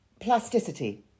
plasticity